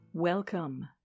Welcome